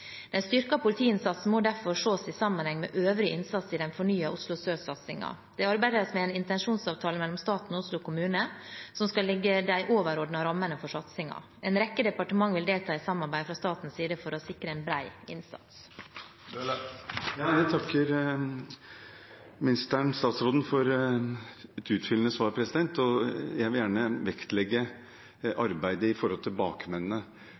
Den styrkede politiinnsatsen må derfor ses i sammenheng med øvrig innsats i den fornyede Oslo sør-satsingen. Det arbeides med en intensjonsavtale mellom staten og Oslo kommune som skal legge de overordnede rammene for satsingen. En rekke departementer vil delta i samarbeidet fra statens side for å sikre en bred innsats. Jeg takker statsråden for et utfyllende svar. Jeg vil gjerne vektlegge